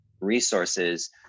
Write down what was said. resources